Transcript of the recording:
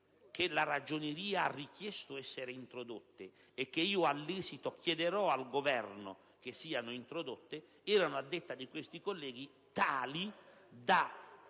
che la Ragioneria ha richiesto essere introdotte, e che io, all'esito, chiederò al Governo che siano introdotte fossero - come sostenuto da questi colleghi - tali da